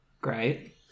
Great